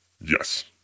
Yes